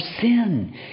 sin